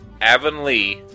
Avonlea